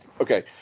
Okay